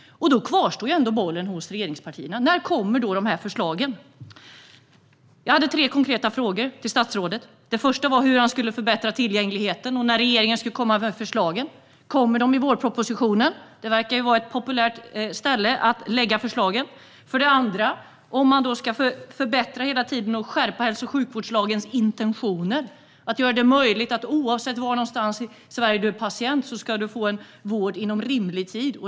Då är bollen kvar hos regeringspartierna. När kommer de här förslagen? Jag hade tre konkreta frågor till statsrådet. Den första var hur han skulle förbättra tillgängligheten och när regeringen skulle komma med förslagen. Kommer de i vårpropositionen? Det verkar ju vara ett populärt ställe att lägga förslagen i. Sedan hade jag en andra fråga. Man ska hela tiden förbättra och skärpa hälso och sjukvårdslagens intentioner. Oavsett var någonstans i Sverige du är patient ska du få vård inom rimlig tid.